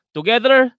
Together